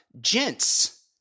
Gents